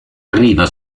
arriva